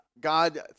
God